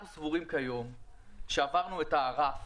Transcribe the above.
כיום אנחנו סבורים שעברנו את הרף